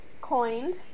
coined